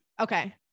Okay